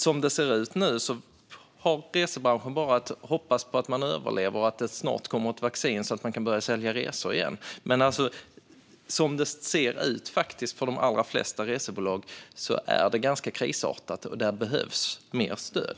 Som det ser ut nu har resebranschen bara att hoppas på att överleva och att det snart kommer ett vaccin så att man kan börja sälja resor igen. För de allra flesta resebolag är det dock ganska krisartat, och det behövs mer stöd.